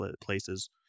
places